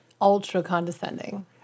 ultra-condescending